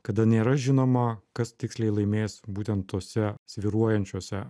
kada nėra žinoma kas tiksliai laimės būtent tose svyruojančiose